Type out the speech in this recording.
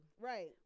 right